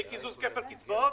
האי קיזוז כפל קצבאות,